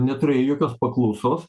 neturėjo jokios paklausos